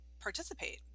participate